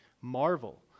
marvel